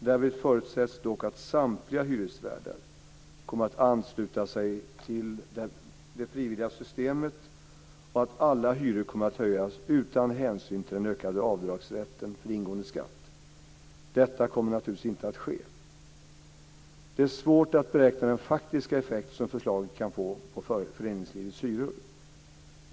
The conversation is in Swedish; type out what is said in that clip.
Därvid förutsätts dock att samtliga hyresvärdar kommer att ansluta sig till det frivilliga systemet och att alla hyror kommer att höjas utan hänsyn till den ökade avdragsrätten för ingående skatt. Detta kommer naturligtvis inte att ske. Det är svårt att beräkna den faktiska effekt som förslaget kan få på föreningslivets hyror.